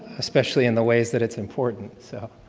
especially in the ways that its important, so.